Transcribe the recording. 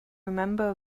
remember